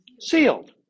Sealed